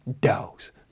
dogs